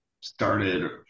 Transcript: started